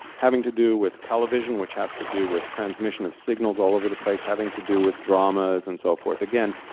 having to do with television, which has to do with transmission of signals all over the place, having to do with dramas and so forth again.